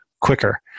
quicker